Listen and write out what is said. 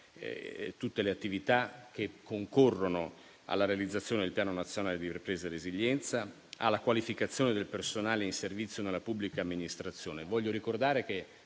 tutte le attività che concorrono alla realizzazione del Piano nazionale di ripresa e resilienza e alla qualificazione del personale in servizio nella pubblica amministrazione. Voglio ricordare che